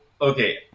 okay